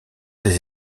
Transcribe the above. des